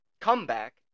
comeback